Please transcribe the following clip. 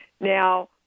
Now